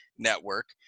network